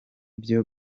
byo